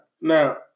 Now